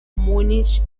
múnich